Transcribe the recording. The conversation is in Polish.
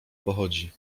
pochodzi